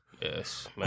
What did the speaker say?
Yes